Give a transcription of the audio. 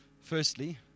firstly